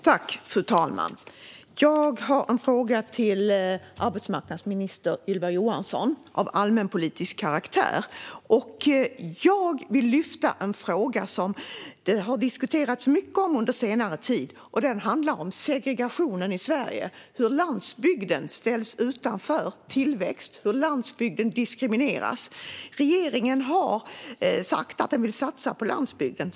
Fru talman! Jag har en fråga av allmänpolitisk karaktär till arbetsmarknadsminister Ylva Johansson. Jag vill lyfta fram en fråga som har diskuterats mycket under senare tid. Den handlar om segregationen i Sverige, hur landsbygden ställs utanför tillväxt och diskrimineras. Regeringen har sagt att den vill satsa på landsbygden.